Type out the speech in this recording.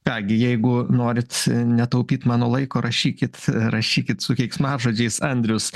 ką gi jeigu norit netaupyt mano laiko rašykit rašykit su keiksmažodžiais andrius